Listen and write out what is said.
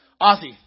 Ozzy